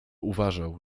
uważał